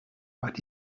but